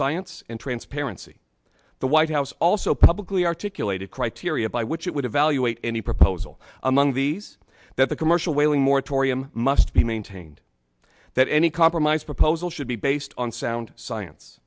science and transparency the white house also publicly articulated criteria by which it would evaluate any proposal among these that the commercial whaling moratorium must be maintained that any compromise proposal should be based on sound science